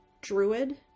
druid